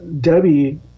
Debbie